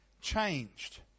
changed